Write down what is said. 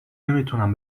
نمیتونم